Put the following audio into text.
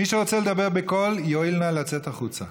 מי שרוצה לדבר בקול יואיל נא לצאת החוצה.